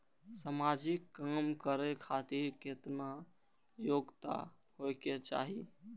समाजिक काम करें खातिर केतना योग्यता होके चाही?